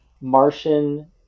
Martian